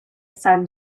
sun